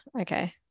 okay